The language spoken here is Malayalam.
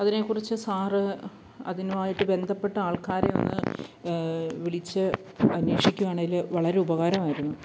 അതിനെക്കുറിച്ച് സാര് അതുമായിട്ട് ബന്ധപ്പെട്ട ആൾക്കാരെയൊന്ന് വിളിച്ച് അന്വേഷിക്കുവാണേല് വളരെ ഉപകാരമായിരുന്നു